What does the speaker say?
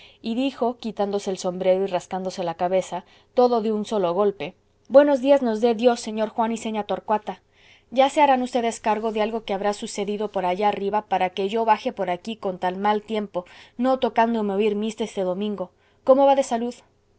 y dijo quitándose el sombrero y rascándose la cabeza todo de un solo golpe buenos días nos dé dios señor juan y señá torcuata ya se harán ustedes cargo de que algo habrá sucedido por allá arriba para que yo baje por aquí con tan mal tiempo no tocándome oír misa este domingo cómo va de salud